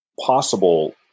possible